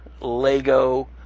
Lego